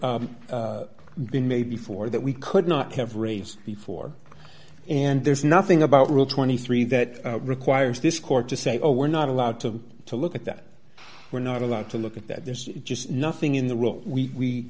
never been made before that we could not have raised before and there's nothing about rule twenty three dollars that requires this court to say oh we're not allowed to to look at that we're not allowed to look at that there's just nothing in the rule we